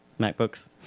MacBooks